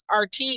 RT